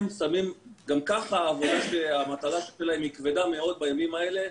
גם ככה המטלה שלהם כבדה מאוד בימים האלה,